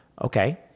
Okay